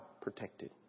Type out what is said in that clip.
protected